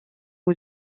aux